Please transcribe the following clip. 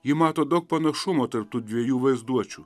ji mato daug panašumų tarp tų dviejų vaizduočių